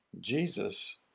Jesus